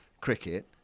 cricket